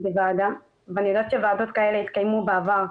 בוועדה ואני יודעת שוועדות כאלה התקיימו בעבר.